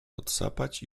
odsapać